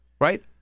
right